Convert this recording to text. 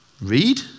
read